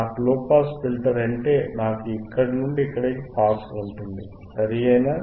నాకు low pass filter అంటే నాకు ఇక్కడ నుండి ఇక్కడికి పాస్ ఉంటుంది సరియైనదా